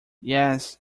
yes